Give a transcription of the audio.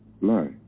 lie